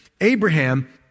Abraham